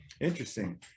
Interesting